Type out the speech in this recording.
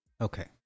Okay